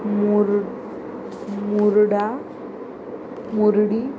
मुर्ड मुर्डा मुर्डी